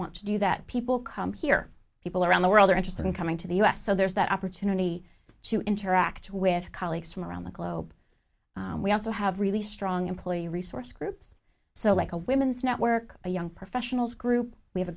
want to do that people come here people around the world are interested in coming to the u s so there's that opportunity to interact with colleagues from around the globe we also have really strong employee resource groups so like a women's network a young professionals group we have a